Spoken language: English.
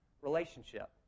relationship